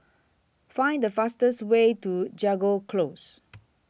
Find The fastest Way to Jago Close